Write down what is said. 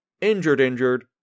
injured-injured